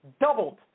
doubled